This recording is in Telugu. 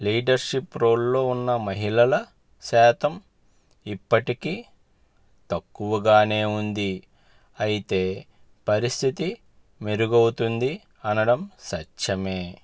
లీడర్షిప్ రోల్లో ఉన్న మహిళల శాతం ఇప్పటికీ తక్కువగానే ఉంది అయితే పరిస్థితి మెరుగవుతుంది అనడం సత్యమే